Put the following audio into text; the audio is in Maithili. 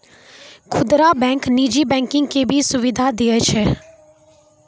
खुदरा बैंक नीजी बैंकिंग के भी सुविधा दियै छै